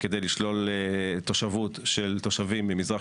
כדי לשלול תושבות של תושבים ממזרח